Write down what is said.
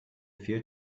fehlt